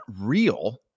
real